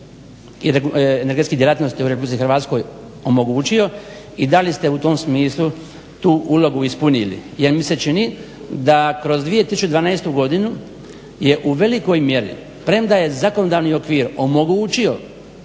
i energetskih djelatnosti u RH omogućio i da li ste u tom smislu tu ulogu ispunili. Jer mi se čini da kroz 2012. godinu je u velikoj mjeri, premda je zakonodavni okvir omogućio